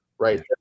right